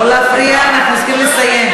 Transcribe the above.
לא להפריע, אנחנו צריכים לסיים.